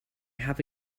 have